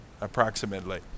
approximately